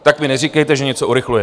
Tak mi neříkejte, že něco urychlujete!